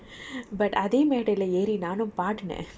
but அதே மேடையிலே ஏறி நானும் பாடுனேன்:athe medaiyile eri naanum paadunen